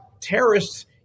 terrorists